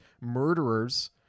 murderers